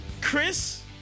Chris